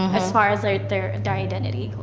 ah as far as like, their and identity,